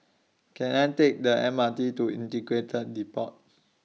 Can I Take The M R T to Integrated Depot